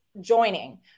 joining